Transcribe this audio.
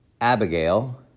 Abigail